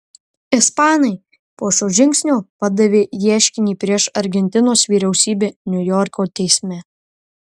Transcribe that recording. ispanai po šio žingsnio padavė ieškinį prieš argentinos vyriausybę niujorko teisme